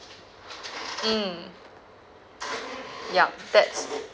mm yup that's